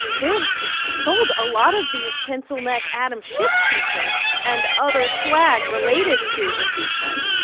they've sold a lot of these pencil neck adam schiff t-shirts and other swag related to impeachment.